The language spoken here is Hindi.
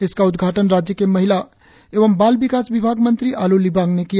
इसका उद्घाटन राज्य के महिला एवं बाल विकास विभाग मंत्री आलो लिबांग ने किया